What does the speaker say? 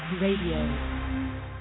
Radio